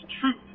truth